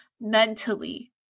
mentally